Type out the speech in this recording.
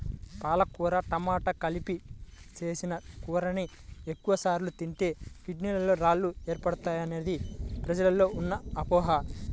పాలకూర టమాట కలిపి చేసిన కూరని ఎక్కువ సార్లు తింటే కిడ్నీలలో రాళ్లు ఏర్పడతాయనేది ప్రజల్లో ఉన్న అపోహ